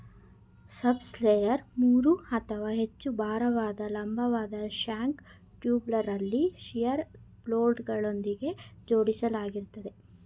subsoiler ಮೂರು ಅಥವಾ ಹೆಚ್ಚು ಭಾರವಾದ ಲಂಬವಾದ ಶ್ಯಾಂಕ್ ಟೂಲ್ಬಾರಲ್ಲಿ ಶಿಯರ್ ಬೋಲ್ಟ್ಗಳೊಂದಿಗೆ ಜೋಡಿಸಲಾಗಿರ್ತದೆ